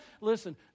Listen